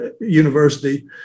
University